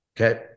Okay